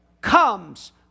comes